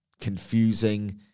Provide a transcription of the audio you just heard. confusing